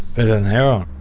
better than heroin.